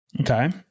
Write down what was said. Okay